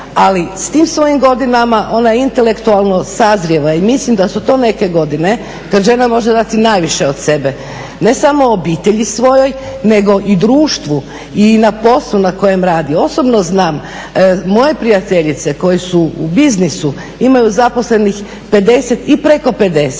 ali s tim svojim godinama ona intelektualno sazrijeva i mislim da su to neke godine kada žena može dati najviše od sebe ne samo svojoj obitelji nego i društvu i na poslu na kojem radi. Osobno znam moje prijateljice koje su u biznisu imaju zaposlenih preko 50